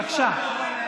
בבקשה.